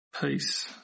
peace